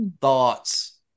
Thoughts